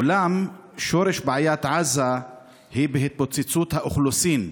אולם שורש בעיית עזה הוא בהתפוצצות האוכלוסין,